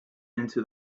into